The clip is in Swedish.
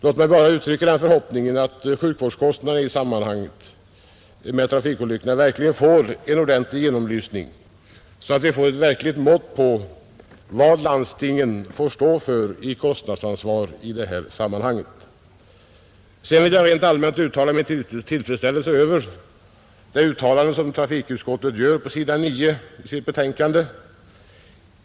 Låt mig bara uttrycka den förhoppningen att sjukvårdskostnaderna i anledning av trafikolyckor verkligen blir belysta så att vi får ett mått på vilka kostnader landstingen får stå för. Rent allmänt vill jag uttrycka min tillfredsställelse över det uttalande som trafikutskottet gör på s. 9 i betänkandet.